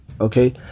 okay